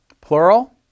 plural